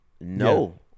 no